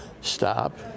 stop